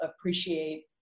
appreciate